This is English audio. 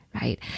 right